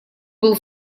был